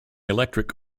electric